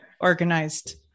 organized